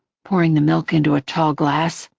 pouring the milk into a tall glass.